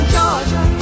Georgia